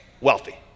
wealthy